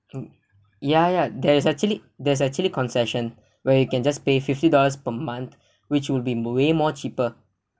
mm ya ya there's actually there's actually concession where you can just pay fifty dollars per month which will be way more cheaper